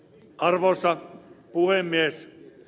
arvoisa puhemies